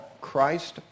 Christ